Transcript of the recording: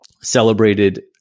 celebrated